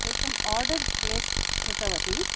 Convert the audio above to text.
एकम् order place कृतवती